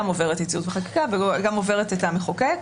עוברת ייצוג וחקיקה וגם עוברת את המחוקק.